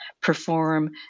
perform